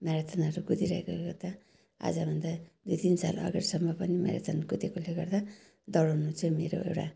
म्याराथनहरू कुदिरहेकोले गर्दा आजभन्दा दुई तिन साल अगाडिसम्म पनि म्याराथन कुदेकोले गर्दा दौडनु चाहिँ मेरो एउटा